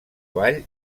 vall